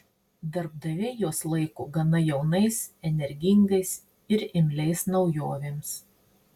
darbdaviai juos laiko gana jaunais energingais ir imliais naujovėms